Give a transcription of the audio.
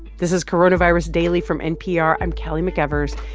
this is coronavirus daily from npr. i'm kelly mcevers.